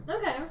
Okay